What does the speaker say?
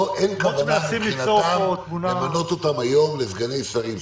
אין כוונה מבחינתם למנות אותם היום לסגני שרים,